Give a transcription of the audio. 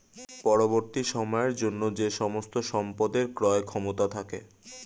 পরবর্তী সময়ের জন্য যে সমস্ত সম্পদের ক্রয় ক্ষমতা থাকে